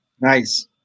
Nice